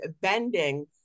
bending